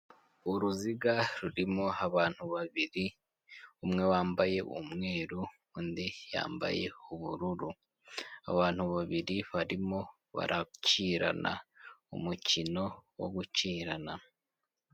Uruziga rurimo abantu babiri, umwe wambaye umweru undi yambaye ubururu, abo abantu babiri barimo barakirana, umukino wo gukirana.